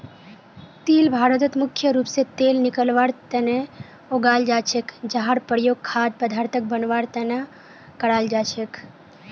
तिल भारतत मुख्य रूप स तेल निकलवार तना उगाल जा छेक जहार प्रयोग खाद्य पदार्थक बनवार तना कराल जा छेक